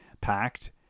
packed